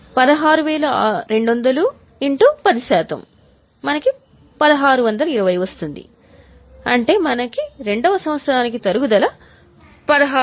కాబట్టి మనము 2వ సంవత్సరానికి తరుగుదలగా రూ